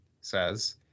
says